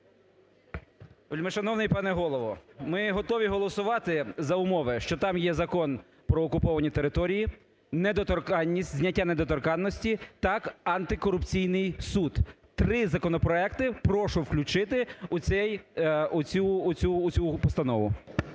Вельмишановний пане Голово, ми готові голосувати за умови, що там є Закон про окуповані території, недоторканність, зняття недоторканності та антикорупційний суд. Три законопроекти прошу включити у цю постанову.